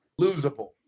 losable